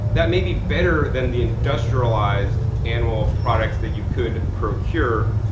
that may be better than the industrialized animal products that you could procure.